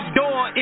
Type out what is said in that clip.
door